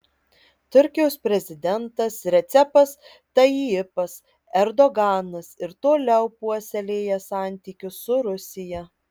turkijos prezidentas recepas tayyipas erdoganas ir toliau puoselėja santykius su rusija